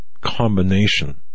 combination